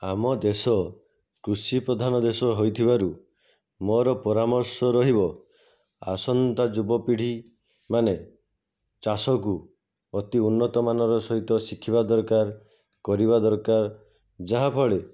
ଆମ ଦେଶ କୃଷିପ୍ରଧାନ ଦେଶ ହୋଇଥିବାରୁ ମୋର ପରାମର୍ଶ ରହିବ ଆସନ୍ତା ଯୁବପିଢ଼ୀ ମାନେ ଚାଷକୁ ଅତି ଉନ୍ନତମାନର ସହିତ ଶିଖିବା ଦରକାର କରିବା ଦରକାର ଯାହାଫଳେ